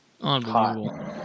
unbelievable